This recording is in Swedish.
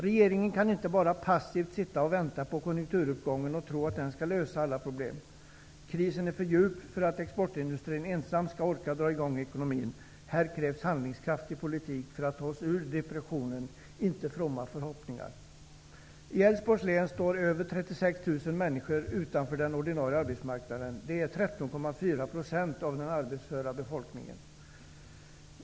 Regeringen kan inte bara passivt sitta och vänta på konjunkturuppgången och tro att den skall lösa alla problem. Krisen är för djup för att exportindustrin ensam skall orka dra i gång ekonomin. I stället för fromma förhoppningar krävs här en handlingskraftig politik för att ta landet ur depressionen. I Älvsborgs län står mer än 36 000 människor utanför den ordinarie arbetsmarknaden, vilket motsvarar 13,4 % av den arbetsföra befolkningen.